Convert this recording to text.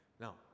Now